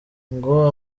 ngo